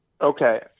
Okay